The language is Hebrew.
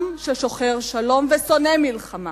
עם ששוחר שלום ושונא מלחמה.